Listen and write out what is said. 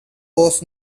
was